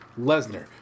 Lesnar